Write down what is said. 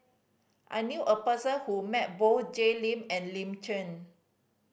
I knew a person who met both Jay Lim and Lin Chen